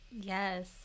Yes